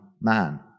man